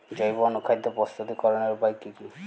জৈব অনুখাদ্য প্রস্তুতিকরনের উপায় কী কী?